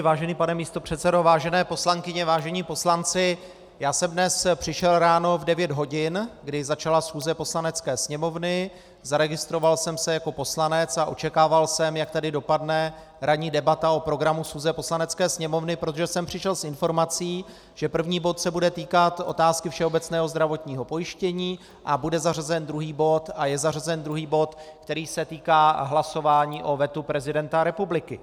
Vážený pane místopředsedo, vážené poslankyně, vážení poslanci, já jsem dnes přišel ráno v devět hodin, kdy začala schůze Poslanecké sněmovny, zaregistroval jsem se jako poslanec a očekával jsem, jak dopadne ranní debata o programu schůze Poslanecké sněmovny, protože jsem přišel s informací, že první bod se bude týkat otázky všeobecného zdravotního pojištění a bude zařazen druhý bod a je zařazen druhý bod, který se týká hlasování o vetu prezidenta republiky.